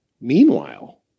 Meanwhile